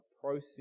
process